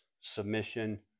submission